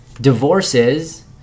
divorces